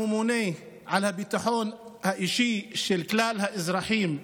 הממונה על הביטחון האישי של כלל האזרחים במדינה,